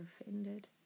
offended